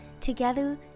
Together